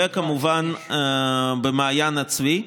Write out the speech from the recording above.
וכמובן במעיין צבי,